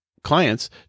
clients